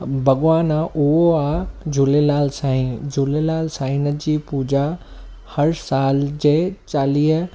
भॻवानु आहे उहो आहे झूलेलाल साईं झूलेलाल साईं जी पूॼा हर सालु जे चालीह